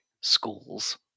schools